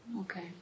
okay